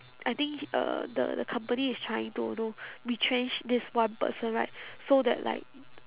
I think uh the the company is trying to you know retrench this one person right so that like